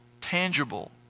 tangible